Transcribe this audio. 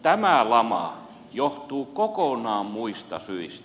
tämä lama johtuu kokonaan muista syistä